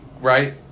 right